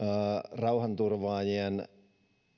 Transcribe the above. rauhanturvaajien